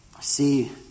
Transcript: see